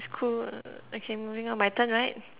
it's cool okay moving on my turn right